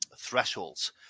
thresholds